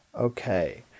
Okay